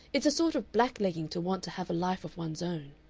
it's a sort of blacklegging to want to have a life of one's own.